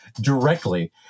directly